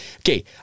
okay